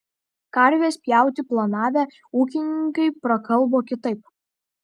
karves pjauti planavę ūkininkai prakalbo kitaip